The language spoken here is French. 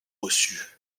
reçu